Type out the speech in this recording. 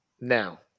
Now